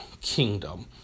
kingdom